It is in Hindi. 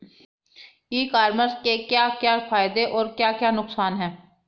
ई कॉमर्स के क्या क्या फायदे और क्या क्या नुकसान है?